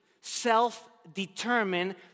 self-determined